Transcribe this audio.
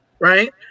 Right